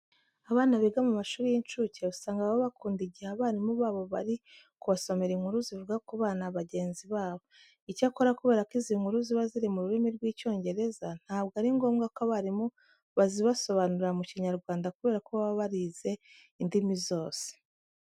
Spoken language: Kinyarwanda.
Abana biga mu mashuri y'incuke usanga baba bakunda igihe abarimu babo bari kubasomera inkuru zivuga ku bana bagenzi babo. Icyakora kubera ko izi nkuru ziba ziri mu rurimi rw'Icyongereza ntabwo ari ngombwa ko abarimu bazibasobanurira mu Kinyarwanda kubera ko baba barize indimi zose.